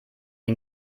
wir